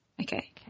Okay